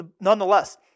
nonetheless